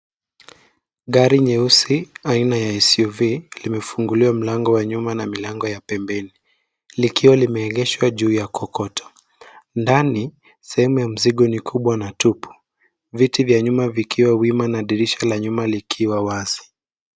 Gari nyeusi aina ya SUV limefunguliwa mlango wa nyuma na milango ya pembeni likiwa limeegeshwa juu ya kokoto. Ndani, sehemu ya mzigo ni kubwa na tupu. Viti vya nyuma vikiwa wima na dirisha la nyuma likiwa wazi.